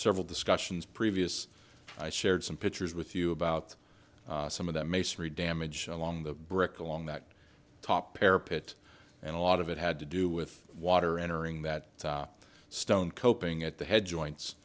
several discussions previous i shared some pictures with you about some of that masonry damage along the brick along that top pair pit and a lot of it had to do with water entering that stone coping at the head joints